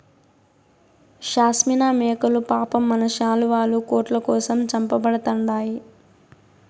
షాస్మినా మేకలు పాపం మన శాలువాలు, కోట్ల కోసం చంపబడతండాయి